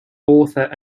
author